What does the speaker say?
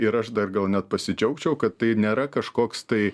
ir aš dar gal net pasidžiaugčiau kad tai nėra kažkoks tai